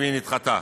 והיא נדחתה.